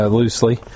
loosely